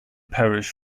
parish